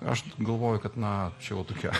aš galvoju kad na čia jau tokia